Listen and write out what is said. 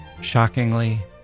Shockingly